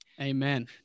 Amen